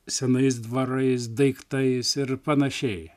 senais dvarais daiktais ir panašiai